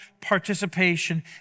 participation